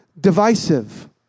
divisive